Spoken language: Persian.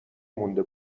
مونده